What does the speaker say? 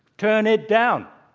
turn it down.